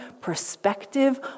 perspective